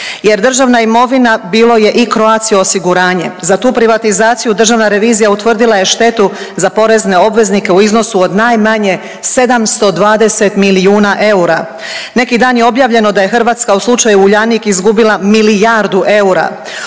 Jer državna imovina bilo je i Croatia osiguranje, za tu privatizaciju državna revizija utvrdila je štetu za porezne obveznike u iznosu od najmanje 720 milijuna eura. Neki dan je objavljeno da je Hrvatska u slučaju Uljanik izgubila milijardu eura.